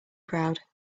crowd